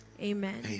Amen